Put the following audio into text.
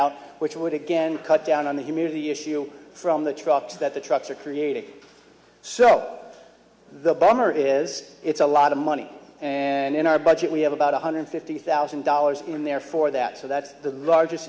out which would again cut down on the humidity issue from the trucks that the trucks are creating so the bomber is it's a lot of money and in our budget we have about one hundred fifty thousand dollars in there for that so that's the largest